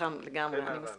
אין עליו.